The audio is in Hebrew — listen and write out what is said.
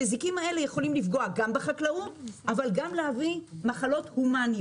המזיקים האלה יכולים לפגוע גם בחקלאות וגם להביא מחלות הומניות.